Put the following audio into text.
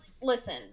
listen